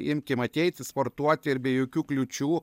imkim ateiti sportuoti ir be jokių kliūčių